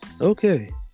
Okay